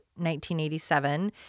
1987